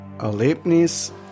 Erlebnis